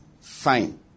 fine